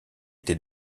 été